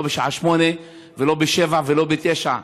לא בשעה 08:00 ולא ב-07:00 ולא ב-09:00,